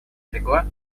легла